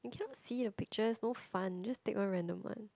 cannot see the picture no fun just take a random one